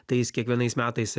tai jis kiekvienais metais